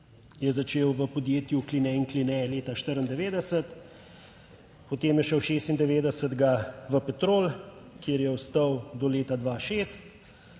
je začel v podjetju Kline in Kline leta 1994, potem je šel 1996. v Petrol, kjer je ostal do leta 2006.